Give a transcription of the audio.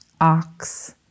ox